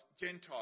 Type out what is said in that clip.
Gentiles